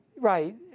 Right